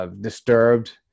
disturbed